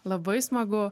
labai smagu